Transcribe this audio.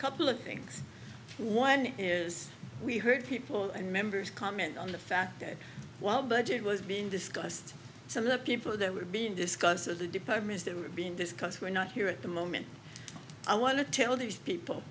couple of things one is we heard people and members comment on the fact that while budget was being discussed some of the people that were being discussed at the departments that were being discussed were not here at the moment i want to tell these people